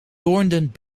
toornden